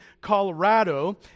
Colorado